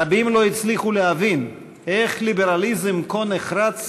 רבים לא הצליחו להבין איך ליברליזם כה נחרץ